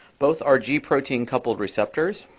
both are g protein coupled receptors.